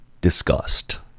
discussed